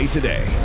Today